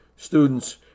students